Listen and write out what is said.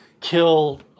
kill